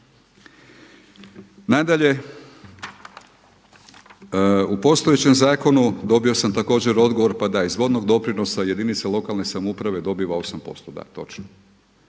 Nadalje, u postojećem zakonu dobio sam također odgovor: Pa da, iz vodnog doprinosa jedinica lokalne samouprave dobiva 8 posto. Da, točno.